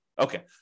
Okay